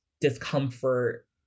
discomfort